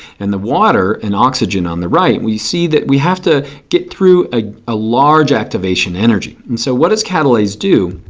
and the water and oxygen on the right. we see that we have to get through a ah large activation energy. and so what does catalase do?